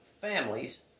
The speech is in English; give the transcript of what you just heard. families